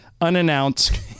Unannounced